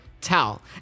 tell